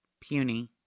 puny